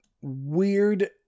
weird